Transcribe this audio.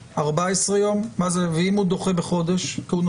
000 שקלים חדשים בצירוף מס ערך מוסף או סכום